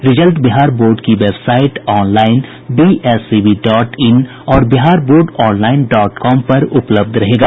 result Bihar board की website online BSEB dot in और Bihar board online dot com पर उपलब्ध रहेगा